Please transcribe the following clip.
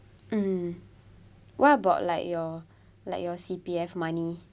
mm what about like your like your C_P_F money